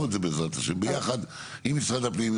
את זה בעזרת השם ביחד עם משרד הפנים,